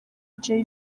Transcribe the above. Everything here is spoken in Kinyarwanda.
jay